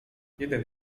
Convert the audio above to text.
jeden